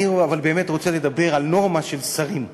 אבל אני באמת רוצה לדבר על נורמה של שרים.